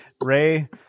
Ray